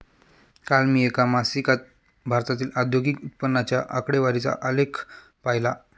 काल मी एका मासिकात भारतातील औद्योगिक उत्पन्नाच्या आकडेवारीचा आलेख पाहीला